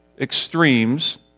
extremes